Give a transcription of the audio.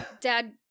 Dad